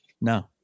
No